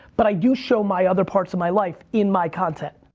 but i do show my other parts of my life, in my content.